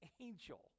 angel